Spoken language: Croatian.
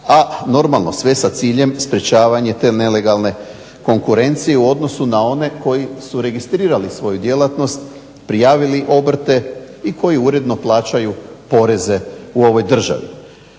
a normalno sve sa ciljem sprečavanje te nelegalne konkurencije u odnosu na one koji su registrirali svoju djelatnost, prijavili obrte i koji uredno plaćaju poreze u ovoj državi.